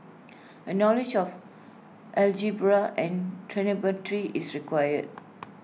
A knowledge of algebra and trigonometry is required